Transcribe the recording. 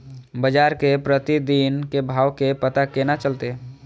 बजार के प्रतिदिन के भाव के पता केना चलते?